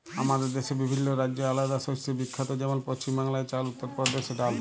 আমাদের দ্যাশে বিভিল্ল্য রাজ্য আলেদা শস্যে বিখ্যাত যেমল পছিম বাংলায় চাল, উত্তর পরদেশে ডাল